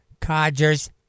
codgers